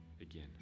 again